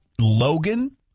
Logan